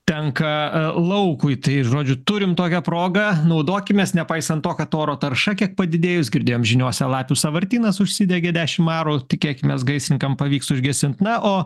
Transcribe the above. tenka laukui tai žodžiu turim tokią progą naudokimės nepaisant to kad oro tarša kiek padidėjus girdėjom žiniose lapių sąvartynas užsidegė dešimt arų tikėkimės gaisrininkams pavyks užgesint na o